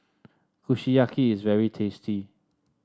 kushiyaki is very tasty